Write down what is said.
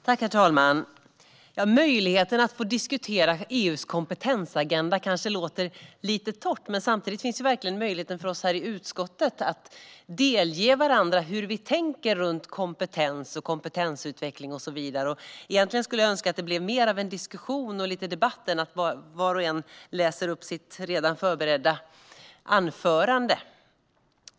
Herr talman! Möjligheten att diskutera EU:s kompetensagenda låter kanske lite torr, men samtidigt finns verkligen möjlighet för oss i utskottet att delge varandra hur vi tänker runt kompetens, kompetensutveckling och så vidare. Egentligen skulle jag önska att det blev mer av diskussion och debatt än att var och en läser upp sitt redan förberedda anförande.